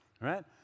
right